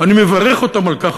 אני מברך אותם על כך,